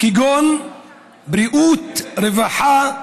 כגון בריאות, רווחה,